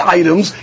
items